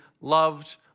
loved